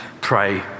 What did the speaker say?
pray